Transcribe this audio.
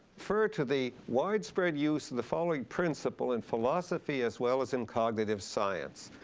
refer to the widespread use of the following principle in philosophy as well as in cognitive science,